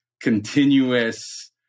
continuous